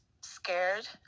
scared